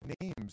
names